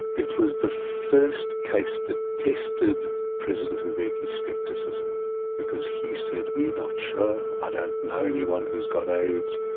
it was the first case that tested president and mbeki's scepticism because because he said, we're not sure, i don't know anyone who's got aids,